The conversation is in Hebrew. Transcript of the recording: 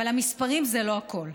אבל המספרים זה לא הכול.